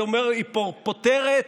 היא פותרת,